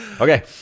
Okay